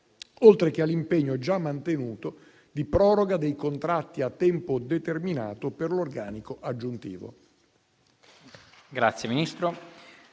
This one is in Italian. oltre che all'impegno (già mantenuto) di proroga dei contratti a tempo determinato per l'organico aggiuntivo.